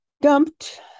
dumped